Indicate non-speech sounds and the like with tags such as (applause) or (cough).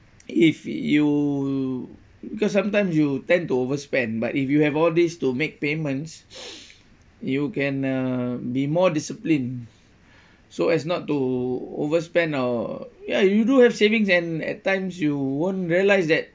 if you because sometimes you tend to overspend but if you have all these to make payments (breath) you can uh be more disciplined so as not to overspend or ya you do have savings and at times you won't realise that